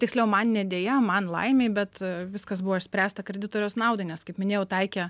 tiksliau man ne deja man laimei bet viskas buvo išspręsta kreditoriaus naudai nes kaip minėjau taikė